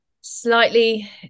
slightly